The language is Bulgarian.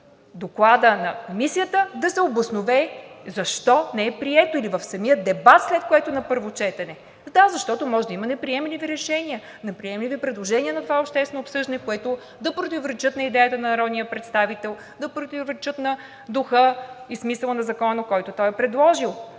доклада на комисията, да се обоснове защо не е прието или в самия дебат, след което на първо четене. Да, защото може да има неприемливи решения, неприемливи предложения на това обществено обсъждане, които да противоречат на идеята на народния представител, да противоречат на духа и смисъла на закона, който той е предложил.